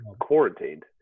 quarantined